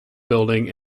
building